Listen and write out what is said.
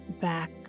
back